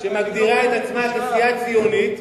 שמגדירה עצמה כסיעה ציונית,